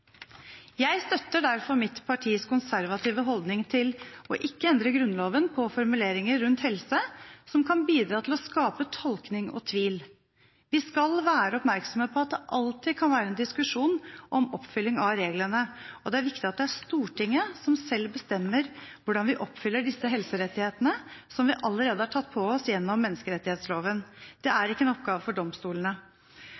Jeg støtter derfor mitt partis konservative holdning om ikke å endre Grunnloven når det gjelder formuleringer rundt helse som kan bidra til å skape tolkning og tvil. Vi skal være oppmerksomme på at det alltid kan være en diskusjon om oppfylling av reglene, og det er viktig at det er Stortinget som selv bestemmer hvordan vi oppfyller disse helserettighetene, som vi allerede har tatt på oss gjennom menneskerettighetsloven. Det